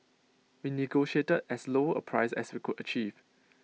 we negotiated as lower price as we could achieve